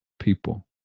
people